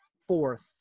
fourth